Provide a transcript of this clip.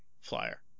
flyer